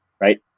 right